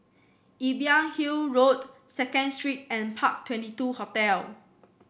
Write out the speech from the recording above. Imbiah Hill Road Second Street and Park Twenty two Hotel